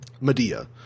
Medea